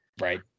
Right